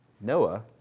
Noah